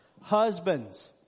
husbands